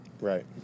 Right